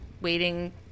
waiting